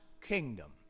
kingdom